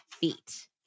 feet